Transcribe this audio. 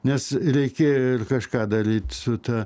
nes reikėjo kažką daryt su ta